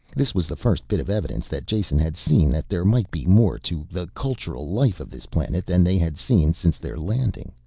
this was the first bit of evidence that jason had seen that there might be more to the cultural life of this planet than they had seen since their landing.